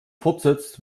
fortsetzt